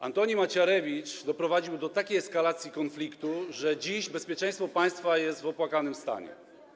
Antoni Macierewicz doprowadził do takiej eskalacji konfliktu, że dziś bezpieczeństwo państwa jest w opłakanym stanie.